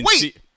Wait